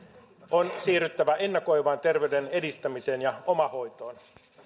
on siirryttävä ennakoivaan terveyden edistämiseen ja omahoitoon